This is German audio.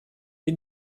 bin